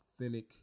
authentic